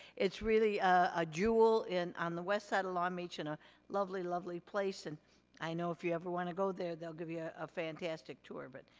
it's really a jewel on the west side of long beach, and a lovely, lovely place, and i know if you ever wanna go there, they'll give you ah a fantastic tour. but,